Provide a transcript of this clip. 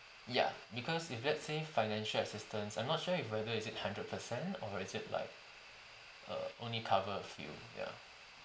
ya because if let's say financial assistance I'm not sure if whether is it hundred percent or is it like err only covers a few ya